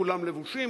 כולם לבושים,